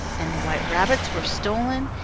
and the white rabbits were stolen,